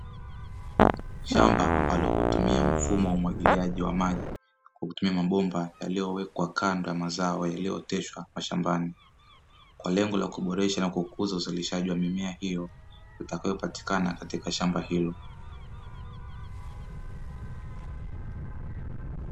Shamba ambalo hutumia mfumo wa umwagiliaji wa maji, kwa kutumia mabomba yaliyowekwa kando ya mazao yaliyooteshwa mashambani. Kwa lengo la kuboresha na kukuza uzalishaji wa mimea hiyo, itakayopatikana katika shamba hilo.